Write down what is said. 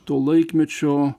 to laikmečio